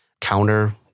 counter